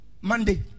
monday